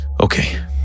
Okay